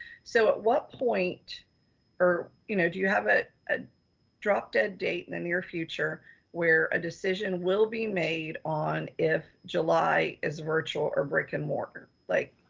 so at what point or you know do you have ah a drop dead date in the near future where a decision will be made on if july is virtual or brick and mortar, like.